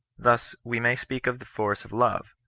thus we may speak of the force of love,